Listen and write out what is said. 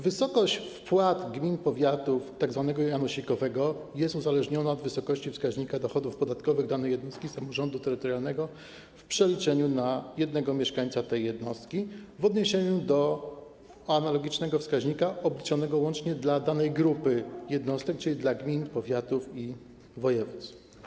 Wysokość wpłat gmin, powiatów w przypadku tzw. janosikowego jest uzależniona od wysokości wskaźnika dochodów podatkowych danej jednostki samorządu terytorialnego w przeliczeniu na jednego mieszkańca tej jednostki, w odniesieniu do analogicznego wskaźnika obliczanego łącznie dla danej grupy jednostek, czyli dla gmin, powiatów i województw.